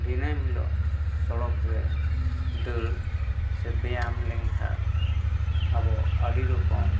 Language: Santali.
ᱫᱤᱱᱟᱹᱢ ᱦᱤᱞᱳᱜ ᱥᱚᱲᱚᱠ ᱨᱮ ᱫᱟᱹᱲ ᱥᱮ ᱵᱮᱭᱟᱢ ᱞᱮᱱᱠᱷᱟᱱ ᱟᱵᱚ ᱟᱹᱰᱤ ᱨᱚᱠᱚᱢ